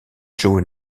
joey